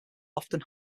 often